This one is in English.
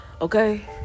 Okay